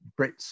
Brits